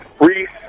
Reese